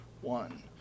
One